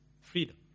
freedom